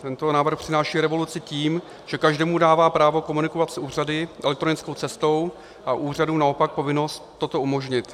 Tento návrh přináší revoluci tím, že každému dává právo komunikovat s úřady elektronickou cestou a úřadům naopak povinnost toto umožnit.